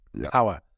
Power